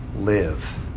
live